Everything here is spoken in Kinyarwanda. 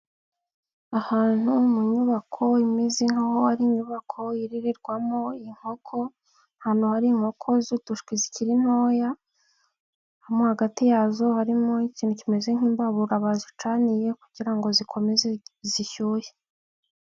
Ahantu mu nyubako imeze nk'aho ari inyubako irererwamo inkoko, ahantu hari inkoko z'udushwi zikiri ntoya, hagati yazo harimo ikintu kimeze nk'imbabura bazicaniye kugira ngo zikomeze zishyuhe.